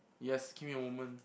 yes give me a moment